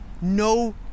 no